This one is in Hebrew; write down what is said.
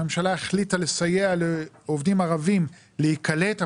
שהממשלה החליטה לסייע לעובדים ערבים להיקלט,